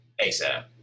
ASAP